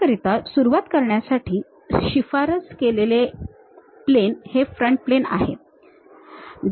आपल्याकरिता सुरूवात करण्यासाठी शिफारस केलेले प्लेन हे फ्रंट प्लेन आहे